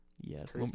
Yes